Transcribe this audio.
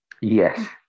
yes